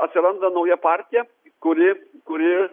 atsiranda nauja partija kuri kuri